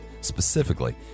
specifically